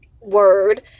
word